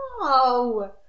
no